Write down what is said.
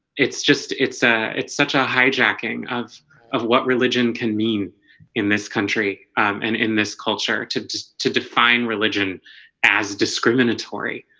it's just it's a it's such a hijacking of of what religion can mean in this country and in this culture to to define religion as discriminatory